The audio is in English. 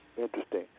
Interesting